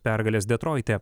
pergalės detroite